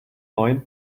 neuen